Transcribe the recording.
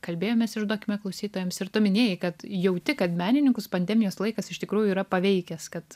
kalbėjomės išduokime klausytojams ir tu minėjai kad jauti kad menininkus pandemijos laikas iš tikrųjų yra paveikęs kad